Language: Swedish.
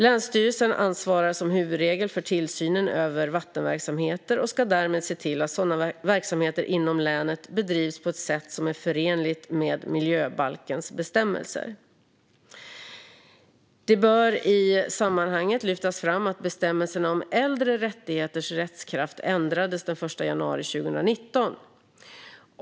Länsstyrelsen ansvarar som huvudregel för tillsynen över vattenverksamheter och ska därmed se till att sådana verksamheter inom länet bedrivs på ett sätt som är förenligt med miljöbalkens bestämmelser. Det bör i sammanhanget lyftas fram att bestämmelserna om äldre rättigheters rättskraft ändrades den 1 januari 2019.